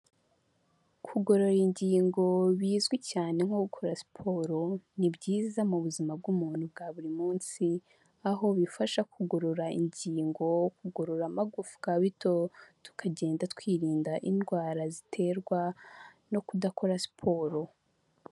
Kugorora ingingo bizwi cyane nko gukora siporo ni byiza mu buzima bw'umuntu bwa buri munsi, aho bifasha kugorora ingingo, kugorora amagufwa bito tukagenda twirinda indwara ziterwa no kudakora siporo.